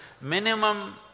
minimum